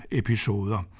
episoder